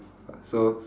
so